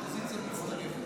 יש משהו שיש עליו הסכמה.